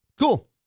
cool